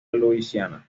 luisiana